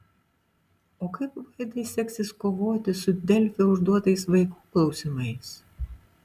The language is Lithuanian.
o kaip vaidai seksis kovoti su delfi užduotais vaikų klausimais